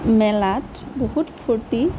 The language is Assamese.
মেলাত বহুত ফুৰ্তি